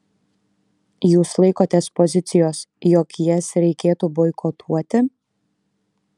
jūs laikotės pozicijos jog jas reikėtų boikotuoti